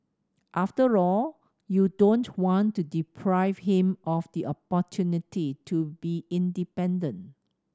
after all you don't want to deprive him of the opportunity to be independent